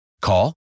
Call